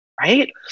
right